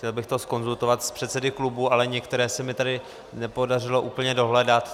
Chtěl bych to zkonzultovat s předsedy klubů, ale některé se mi tady nepodařilo úplně dohledat.